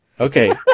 Okay